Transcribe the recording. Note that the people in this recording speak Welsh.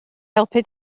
helpu